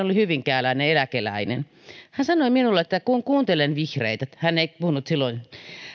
oli hyvinkääläinen eläkeläinen hän sanoi minulle että kun kuuntelen vihreitä hän ei puhunut silloin